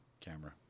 camera